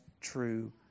true